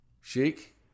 Sheik